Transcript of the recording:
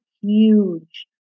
huge